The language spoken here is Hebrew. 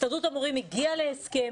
הסתדרותה המורים הגיעה להסכם.